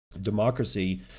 Democracy